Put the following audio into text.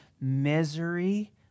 misery